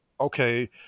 okay